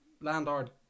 landlord